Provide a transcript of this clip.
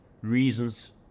reasons